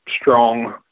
strong